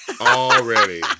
Already